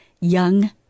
Young